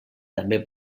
també